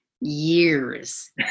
years